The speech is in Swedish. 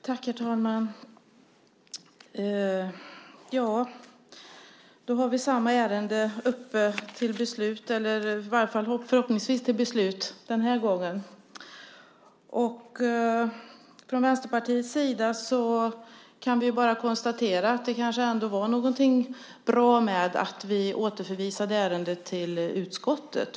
Herr talman! Då har vi samma ärende uppe till beslut eller förhoppningsvis till beslut den här gången. Från Vänsterpartiets sida kan vi bara konstatera att det kanske ändå var något bra med att vi återförvisade ärendet till utskottet.